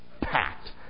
packed